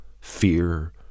fear